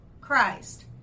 Christ